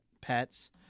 pets